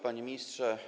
Panie Ministrze!